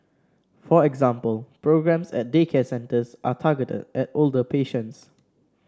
for example programmes at daycare centres are targeted at older patients